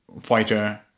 fighter